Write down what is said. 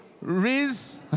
Riz